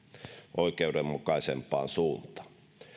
oikeudenmukaisempaan suuntaan